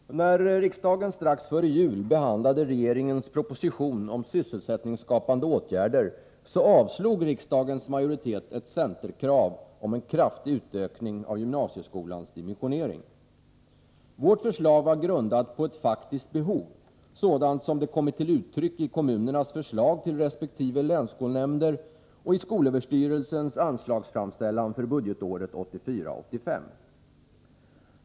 Herr talman! När riksdagen strax före jul behandlade regeringens proposition om sysselsättningsskapande åtgärder, avslog riksdagens majoritet ett centerkrav om en kraftig utökning av gymnasieskolans dimensionering. Vårt förslag var grundat på ett faktiskt behov, sådant som det kommit till uttryck i kommunernas förslag till resp. länsskolnämnder och i skolöverstyrelsens anslagsframställan för budgetåret 1984/85.